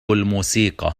الموسيقى